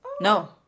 No